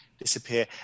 disappear